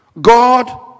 God